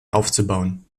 aufzubauen